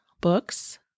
books